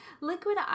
Liquid